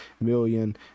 million